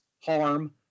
harm